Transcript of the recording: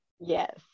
yes